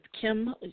Kim